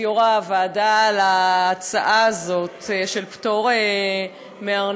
יו"ר הוועדה על ההצעה הזאת של פטור מארנונה,